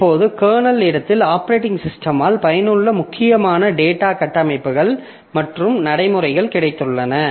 இப்போது கர்னல் இடத்தில் ஆப்பரேட்டிங் சிஸ்டமால் பயனுள்ள முக்கியமான டேட்டா கட்டமைப்புகள் மற்றும் நடைமுறைகள் கிடைத்துள்ளன